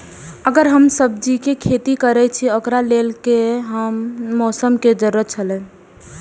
अगर हम सब्जीके खेती करे छि ओकरा लेल के हन मौसम के जरुरी छला?